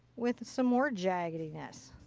with some more jaggediness.